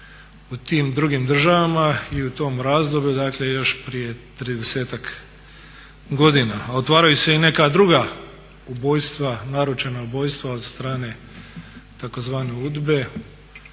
u tim drugim državama i u tom razdoblju, dakle još prije 30-ak godina. A otvaraju se i neka druga ubojstva, naručena ubojstva od strane tzv.